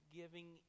giving